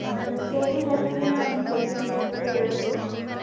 ಅದಕ್ಕೆ ಕೇ ಜಿಗೆ ಎಷ್ಟು ರೀ ಒಂದು ಕೆಜಿ ಕೇಕಿಗೆ ಎರಡು ಕೆ ಜಿಗೆ